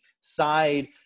side